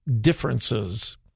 differences